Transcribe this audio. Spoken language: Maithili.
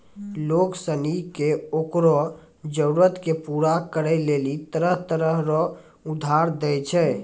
लोग सनी के ओकरो जरूरत के पूरा करै लेली तरह तरह रो उधार दै छै